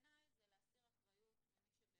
רגע לפני שאני